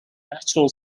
natural